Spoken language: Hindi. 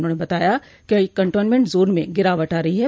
उन्होंने बताया कि केंटनमेंट जोन में गिरावट आ रही है